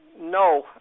no